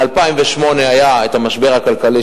ב-2008 התחיל המשבר הכלכלי,